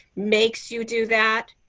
makes you do that?